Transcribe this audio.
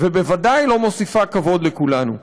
ובוודאי לא מוסיפה כבוד לכולנו.